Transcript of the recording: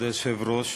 כבוד היושב-ראש,